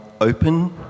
open